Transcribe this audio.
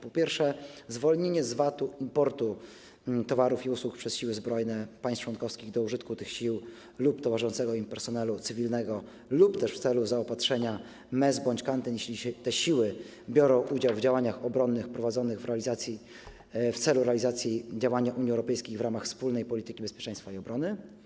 Po pierwsze, zwolnienie z VAT-u importu towarów i usług przez siły zbrojne państw członkowskich do użytku tych sił lub towarzyszącego im personelu cywilnego lub też w celu zaopatrzenia menz bądź kantyn, jeśli te siły biorą udział w działaniach obronnych prowadzonych w celu realizacji działań Unii Europejskiej w ramach wspólnej polityki bezpieczeństwa i obrony.